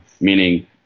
meaning